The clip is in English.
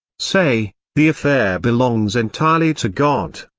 say, the affair belongs entirely to god.